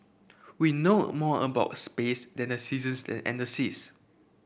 we know a more about space than the seasons and the seas